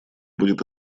будет